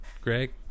Greg